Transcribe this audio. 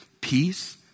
peace